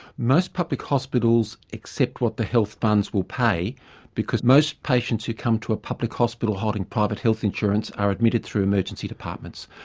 most public hospitals accept what the health funds will pay because most patients who come to a public hospital holding private health insurance are admitted through emergency departments.